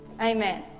Amen